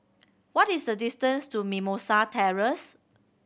what is the distance to Mimosa Terrace